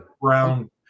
brown